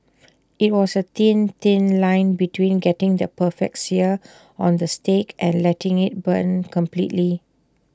IT was A thin thin line between getting the perfect sear on the steak and letting IT burn completely